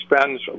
spends